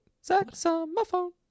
saxophone